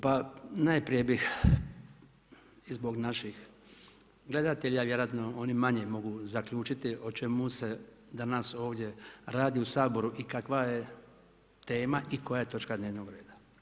Pa najprije bih i zbog naših gledatelja a vjerojatno oni manje mogu zaključiti o čemu se danas ovdje radi u Saboru i kakva je tema i koja je točka dnevnoga reda.